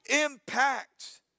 impact